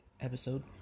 episode